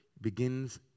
begins